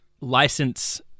license